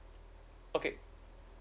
okay